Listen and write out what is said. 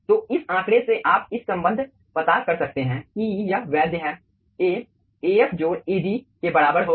तो इस आंकड़े से आप इस संबंध पता कर सकते हैं कि यह वैद्य है A Af जोड़ Ag के बराबर होगा